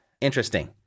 interesting